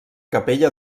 capella